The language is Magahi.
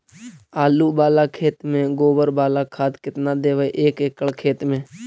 आलु बाला खेत मे गोबर बाला खाद केतना देबै एक एकड़ खेत में?